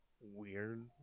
weird